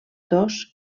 dos